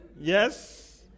Yes